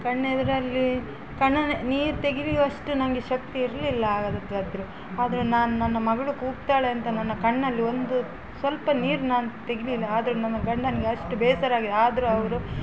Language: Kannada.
ಕಣ್ಣೆದುರಲ್ಲಿ ಕಣ್ಣಲ್ಲಿ ನೀರು ತೆಗೆವಷ್ಟು ನನ್ಗೆ ಶಕ್ತಿ ಇರಲಿಲ್ಲ ಆಗ ಹಾಗಾದ್ರು ಆದರು ನಾನು ನನ್ನ ಮಗಳು ಕೂಗ್ತಾಳೆ ಅಂತ ನನ್ನ ಕಣ್ಣಲ್ಲಿ ಒಂದು ಸ್ವಲ್ಪ ನೀರು ನಾನು ತೆಗೆಲಿಲ್ಲ ಆದರು ನನ್ನ ಗಂಡನಿಗೆ ಅಷ್ಟು ಬೇಸರ ಆಗಿದೆ ಆದರು ಅವರು